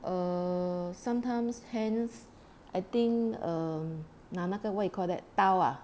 err sometimes hands I think err 那那个 what you call that 刀 ah